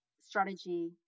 strategy